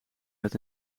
met